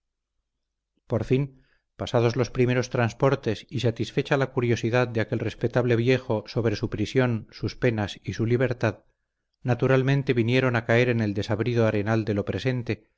por fin pasados los primeros transportes y satisfecha la curiosidad de aquel respetable viejo sobre su prisión sus penas y su libertad naturalmente vinieron a caer en el desabrido arenal de lo presente